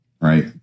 right